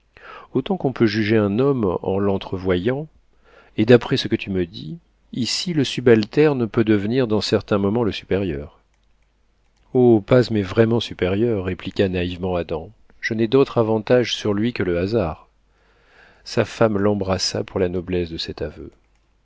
autant qu'on peut juger un homme en l'entrevoyant et d'après ce que tu me dis ici le subalterne peut devenir dans certains moments le supérieur oh paz m'est vraiment supérieur répliqua naïvement adam je n'ai d'autre avantage sur lui que le hasard sa femme l'embrassa pour la noblesse de cet aveu